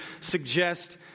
suggest